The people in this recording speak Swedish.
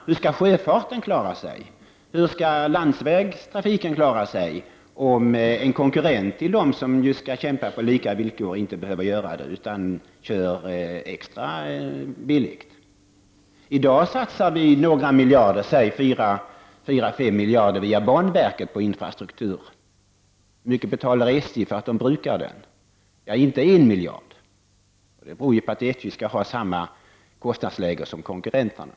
Hur skall sjöfarten klara sig, eller landsvägstrafiken, om en konkurrent till dessa som skall kämpa på lika villkor inte behöver göra det utan kör extra billigt? I dag satsas fyra fem miljarder via banverket på infrastruktur. Hur mycket betalar SJ för att man brukar dessa pengar? Ja, inte 1 miljard kronor. Det beror på att SJ skall ha samma kostnadsläge som konkurrenterna.